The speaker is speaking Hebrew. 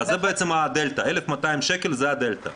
זה בעצם הדלתא, 1,200 שקל זה הדלתא.